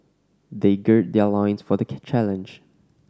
they gird their loins for the challenge